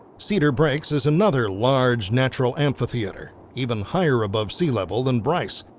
cedar breaks is another large natural amphitheater. even higher above sea level than bryce.